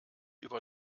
über